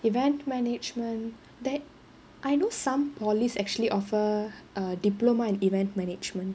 event management that I know some polytechnics actually offer a diploma in event management